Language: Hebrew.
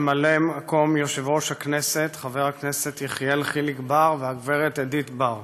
ממלא מקום יושב-ראש הכנסת חבר הכנסת יחיאל חיליק בר והגב' אדית בר,